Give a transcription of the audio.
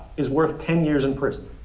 is worth ten years in prison.